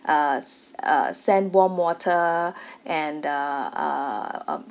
uh s~ uh send warm water and uh uh um